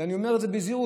אני אומר בזהירות,